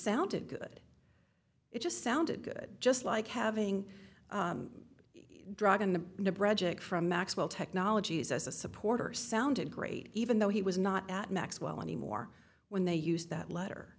sounded good it just sounded good just like having a drug in the braddock from maxwell technologies as a supporter sounded great even though he was not at maxwell anymore when they used that letter